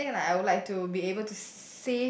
like I think like I would like to be able to s~